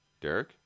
Derek